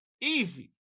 Easy